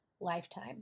lifetime